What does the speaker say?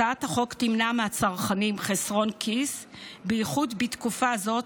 הצעת החוק תמנע מהצרכנים חסרון כיס בייחוד בתקופה הזאת,